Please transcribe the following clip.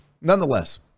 Nonetheless